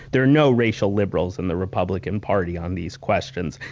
there are no racial liberals in the republican party on these questions,